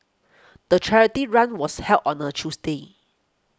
the charity run was held on a Tuesday